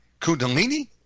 Kundalini